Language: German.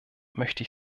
möchte